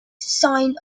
sign